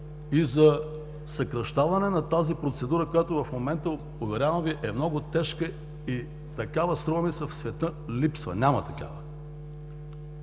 и за съкращаване на тази процедура, която в момента, уверявам Ви, е много тежка и такава, струва ми се в света липсва, няма такава.